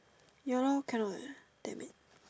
ya lo cannot leh damn it